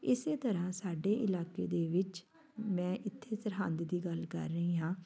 ਇਸੇ ਤਰ੍ਹਾਂ ਸਾਡੇ ਇਲਾਕੇ ਦੇ ਵਿੱਚ ਮੈਂ ਇੱਥੇ ਸਰਹੰਦ ਦੀ ਗੱਲ ਕਰ ਰਹੀ ਹਾਂ